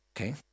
okay